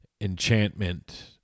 enchantment